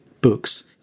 books